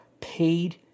paid